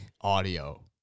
audio